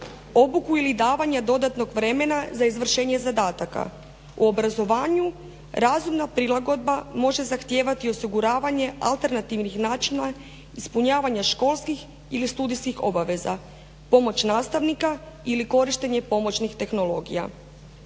obuku ili davanje dodatnog vremena za izvršavanje zadataka. U obrazovanju razumna prilagodba može zahtijevati i osiguravanje alternativnih načina ispunjavanja školskih ili studijskih obaveza, pomoć nastavnika ili korištenje pomoćnih tehnologija.